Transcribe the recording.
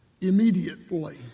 immediately